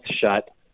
shut